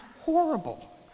horrible